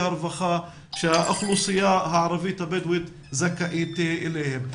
הרווחה שהאוכלוסייה הערבית-הבדואית זכאית להם.